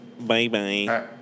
Bye-bye